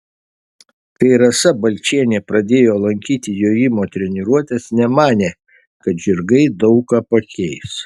kai rasa balčienė pradėjo lankyti jojimo treniruotes nemanė kad žirgai daug ką pakeis